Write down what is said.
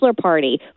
party